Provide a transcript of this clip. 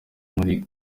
muri